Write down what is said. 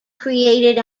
created